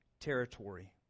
territory